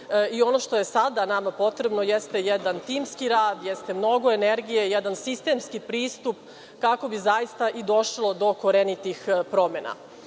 Ono što je sada nama potrebno, jeste jedan timski rad, jeste mnogo energije, jedan sistemski pristup kako bi zaista i došlo do korenitih promena. Cilj